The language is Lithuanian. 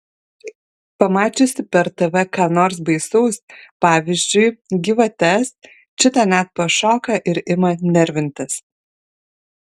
pamačiusi per tv ką nors baisaus pavyzdžiui gyvates čita net pašoka ir ima nervintis